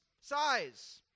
size